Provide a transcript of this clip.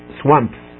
swamps